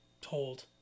told